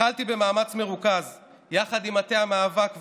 התחלתי במאמץ מרוכז יחד עם מטה המאבק וההורים.